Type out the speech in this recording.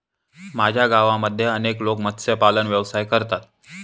माझ्या गावामध्ये अनेक लोक मत्स्यपालन व्यवसाय करतात